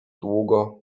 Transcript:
długo